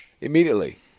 immediately